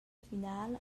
finala